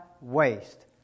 waste